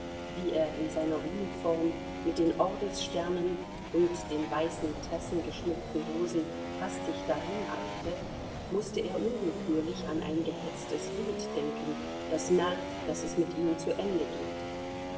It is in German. wie er in seiner uniform mit den ordenssternen und den weißen tressengeschmückten hosen hastig dahineilte mußte er unwillkürlich an ein gehetztes wild denken das merkt daß es mit ihm zu ende geht